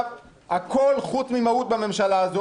הכול חוץ ממהות בממשלה הזו,